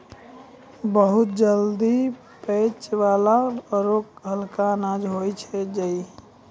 बहुत जल्दी पचै वाला आरो हल्का अनाज होय छै जई